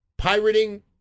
Pirating